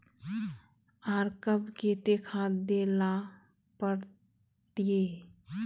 आर कब केते खाद दे ला पड़तऐ?